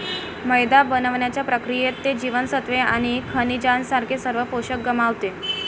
मैदा बनवण्याच्या प्रक्रियेत, ते जीवनसत्त्वे आणि खनिजांसारखे सर्व पोषक गमावते